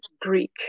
Greek